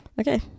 okay